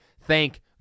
Thank